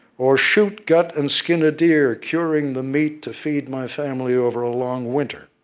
or shoot, gut, and skin a deer, curing the meat to feed my family over a long winter.